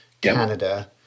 Canada